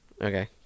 Okay